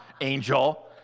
angel